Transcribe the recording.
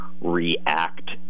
react